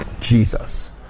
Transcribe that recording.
Jesus